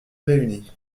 réuni